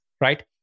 right